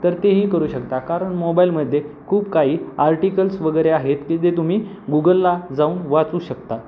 तर तेही करू शकता कारण माॅबाईलमध्ये खूप काही आर्टिकल्स वगैरे आहेत की जे तुम्ही गुगलला जाऊन वाचू शकता